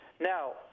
Now